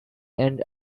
and